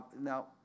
now